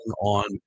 on